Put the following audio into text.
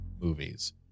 movies